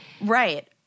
Right